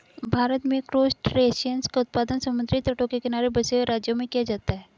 भारत में क्रासटेशियंस का उत्पादन समुद्री तटों के किनारे बसे हुए राज्यों में किया जाता है